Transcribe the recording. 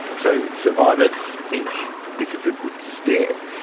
so survivors think this is a good step,